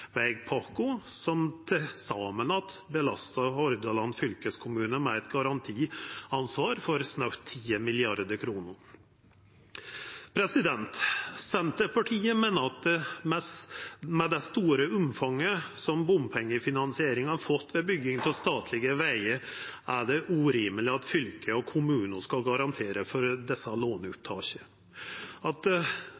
bomvegpakkar som til saman belastar Hordaland fylkeskommune med eit garantiansvar for snaue 10 mrd. kr. Senterpartiet meiner at med det store omfanget som bompengefinansieringa har fått ved bygging av statlege vegar, er det urimeleg at fylke og kommunar skal garantera for desse